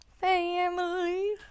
family